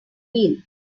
wheel